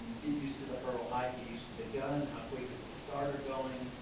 get used to the hurdle height, get used to the gun, how quick is the starter going.